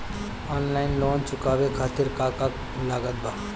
Online loan चुकावे खातिर का का लागत बा?